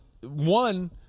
one –